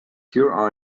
pure